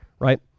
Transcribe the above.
right